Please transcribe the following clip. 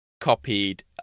copied